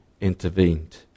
intervened